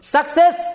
Success